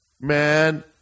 man